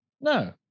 No